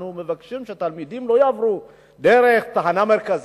מבקשים שתלמידים לא יעברו דרך תחנה מרכזית,